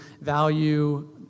value